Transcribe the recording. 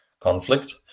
conflict